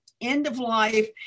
end-of-life